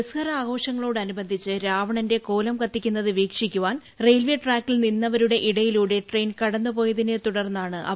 ദസറ ആഘോഷങ്ങളോടനുബന്ധിച്ച് രാവണന്റെ കോലം കത്തിക്കുന്നത് വീക്ഷിക്കുവാൻ ട്രെയിൽവേ ട്രാക്കിൽ നിന്ന്വരുടെ ഇടയിലൂടെ ട്രെയിൻ കടന്നുപോയതിനെ തുടർന്നാണ് അപടകടമുണ്ടായത്